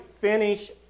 finish